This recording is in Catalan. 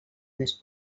més